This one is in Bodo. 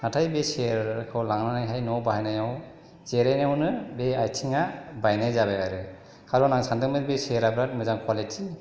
नाथाय बे सेरखौ लांनानैहाय न'आव बाहायनायाव जेरायनायावनो बे आथिङा बायनाय जाबाय आरो खारन आं सानदोंमोन बे सेरा बिराथ मोजां कवालिटि